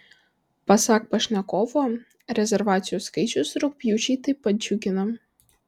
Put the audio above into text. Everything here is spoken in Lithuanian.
pasak pašnekovo rezervacijų skaičius rugpjūčiui taip pat džiugina